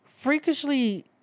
Freakishly